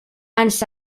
ens